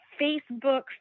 facebook